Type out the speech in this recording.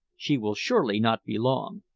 she will surely not be long.